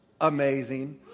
amazing